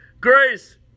grace